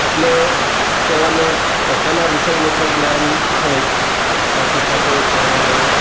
એટલે તેઓને પોતાના વિષયનું તો જ્ઞાન છે જ સાથે સાથે તેઓને